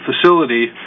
facility